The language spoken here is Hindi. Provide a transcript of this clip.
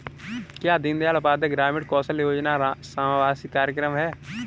क्या दीनदयाल उपाध्याय ग्रामीण कौशल योजना समावेशी कार्यक्रम है?